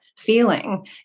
feeling